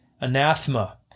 anathema